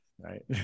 right